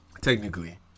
technically